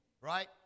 Right